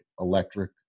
electric